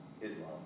Islam